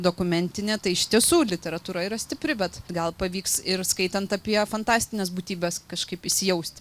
dokumentinė tai iš tiesų literatūra yra stipri bet gal pavyks ir skaitant apie fantastines būtybes kažkaip įsijausti